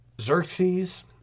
Xerxes